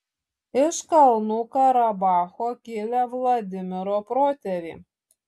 iš kalnų karabacho kilę vladimiro protėviai